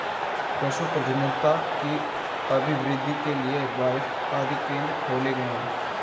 पशु प्रजननता की अभिवृद्धि के लिए बाएफ आदि केंद्र खोले गए हैं